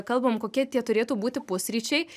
kalbam kokie tie turėtų būti pusryčiai